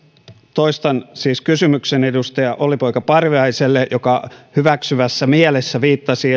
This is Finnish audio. toistan siis kysymykseni edustaja olli poika parviaiselle joka hyväksyvässä mielessä viittasi